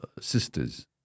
sisters